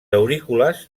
aurícules